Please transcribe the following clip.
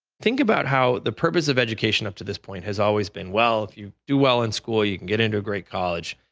think about how the purpose of education up to this point has always been, if you do well in school, you can get into a great college,